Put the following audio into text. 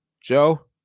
joe